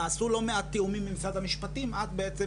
נעשו לא מעט תיאומים עם משרד המשפטים עד,